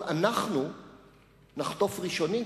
אבל אנחנו נחטוף ראשונים,